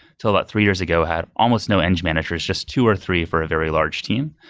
until about three years ago had almost no eng managers, just two or three for a very large team.